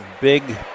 big